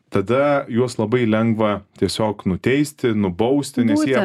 tada juos labai lengva tiesiog nuteisti nubausti nes jie